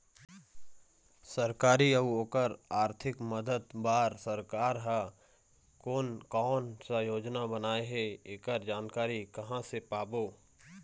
सरकारी अउ ओकर आरथिक मदद बार सरकार हा कोन कौन सा योजना बनाए हे ऐकर जानकारी कहां से पाबो?